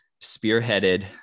spearheaded